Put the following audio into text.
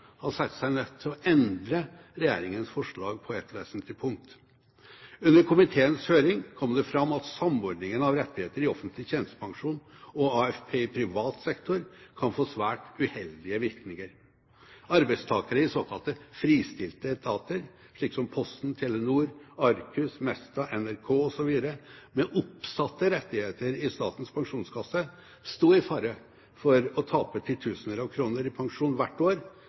har sett seg nødt til å endre regjeringens forslag på ett vesentlig punkt. Under komiteens høring kom det fram at samordningen av rettigheter i offentlig tjenestepensjon og AFP i privat sektor kan få svært uheldige virkninger. Arbeidstakere i såkalte fristilte etater, som Posten, Telenor, Arcus, Mesta, NRK osv., med oppsatte rettigheter i Statens Pensjonskasse, sto i fare for å tape titusener av kroner hvert år